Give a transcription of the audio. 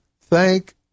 Thank